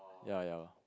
ya ya lor